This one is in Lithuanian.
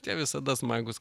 tie visada smagūs